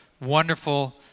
wonderful